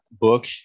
book